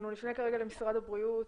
אנחנו נפנה כרגע למשרד הבריאות,